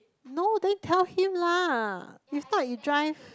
no then tell him lah if not he drive